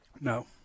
No